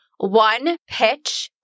onepitch